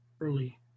early